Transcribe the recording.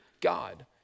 God